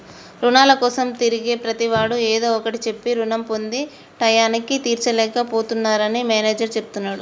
రుణాల కోసం తిరిగే ప్రతివాడు ఏదో ఒకటి చెప్పి రుణం పొంది టైయ్యానికి తీర్చలేక పోతున్నరని మేనేజర్ చెప్తున్నడు